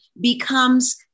becomes